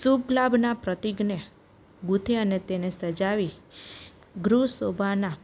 શુભ લાભનાં પ્રતીકને ગૂંથી અને તેને સજાવી ગૃહશોભાના